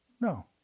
No